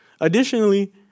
additionally